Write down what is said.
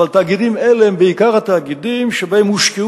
אבל תאגידים אלה הם בעיקר התאגידים שבהם הושקעו